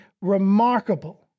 Remarkable